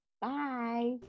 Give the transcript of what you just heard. Bye